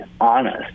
honest